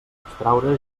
abstraure